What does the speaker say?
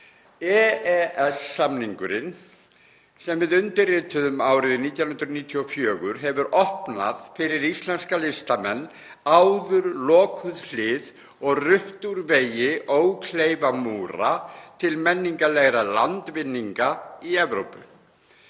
EES-samningurinn, sem við undirrituðum árið 1994, hefur opnað fyrir íslenska listamenn áður lokuð hlið og rutt úr vegi ókleifa múra til menningarlegra landvinninga í Evrópu.